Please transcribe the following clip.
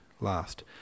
last